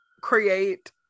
create